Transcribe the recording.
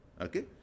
Okay